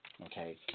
Okay